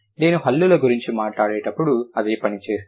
నేను హల్లుల గురించి మాట్లాడేటప్పుడు అదే పని చేస్తాను